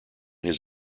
his